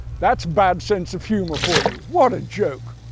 that's bad sense of humour for you! what a joke!